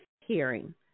hearing